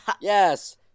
Yes